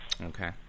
Okay